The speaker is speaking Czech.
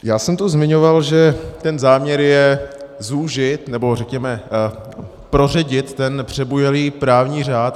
Já jsem tu zmiňoval, že ten záměr je zúžit, nebo řekněme, proředit, ten přebujelý právní řád.